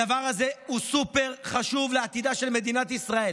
הדבר הזה הוא סופר-חשוב לעתידה של מדינת ישראל.